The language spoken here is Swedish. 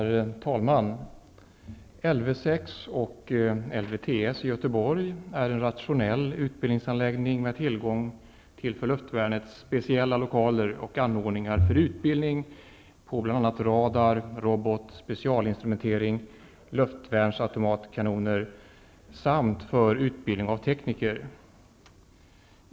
Herr talman! Lv 6/LvTS i Göteborg är en rationell utbildningsanläggning med tillgång till för luftvärnet speciella lokaler och anordningar för utbildning vad gäller bl.a. radar, robotområdet, specialinstrumentering, luftvärnsautomatkanoner m.m. samt även för utbildning av tekniker.